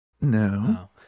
No